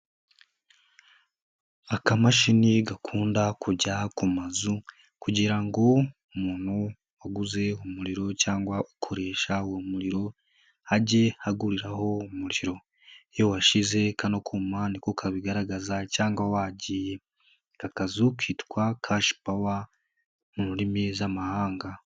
Akamashini gakunda kujya ku mazu kugira ngo umuntu waguze umuriro cyangwa ukoresha uwo muriro, ajye aguriraho umuriro, iyo washize kano kuma ni ko kabigaragaza cyangwa wagiye, aka kazu kitwa kash power mu ndimi z'amahanga.